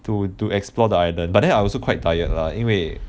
to to explore the island but then I also quite tired lah 因为